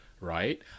right